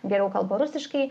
geriau kalba rusiškai